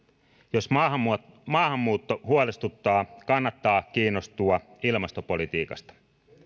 jos maahanmuutto maahanmuutto huolestuttaa kannattaa kiinnostua ilmastopolitiikasta